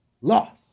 Loss